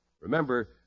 Remember